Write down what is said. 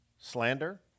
slander